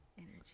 energy